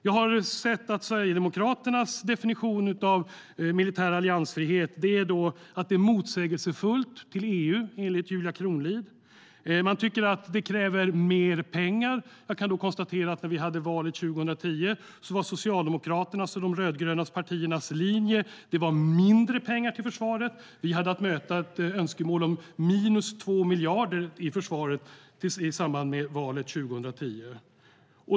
Jag har sett att Sverigedemokraternas definition av militär alliansfrihet är att det är motsägelsefullt till EU, enligt Julia Kronlid. Man tycker att det kräver mer pengar. Jag kan då konstatera att Socialdemokraternas och de rödgröna partiernas linje när vi hade valet 2010 var mindre pengar till försvaret. Vi hade att möta ett önskemål om minus 2 miljarder i försvaret i samband med valet 2010.